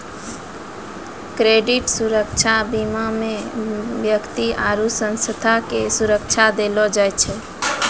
credit सुरक्षा बीमा मे व्यक्ति आरु संस्था के सुरक्षा देलो जाय छै